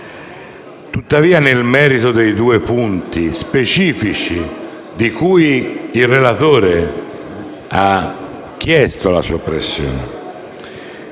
Tuttavia, nel merito dei due punti specifici di cui il relatore ha chiesto la soppressione,